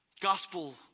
gospel